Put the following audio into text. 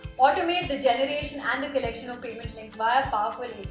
automate the generation and collection of payments links via ah